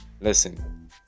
listen